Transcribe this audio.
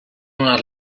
unas